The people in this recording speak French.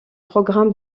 programmes